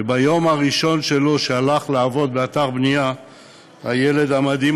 וביום הראשון שלו באתר הבנייה הילד המדהים